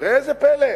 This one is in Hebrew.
ראו זה פלא,